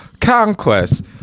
conquest